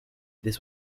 this